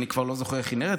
אני כבר לא זוכר איך היא נראית,